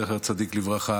זכר צדיק לברכה,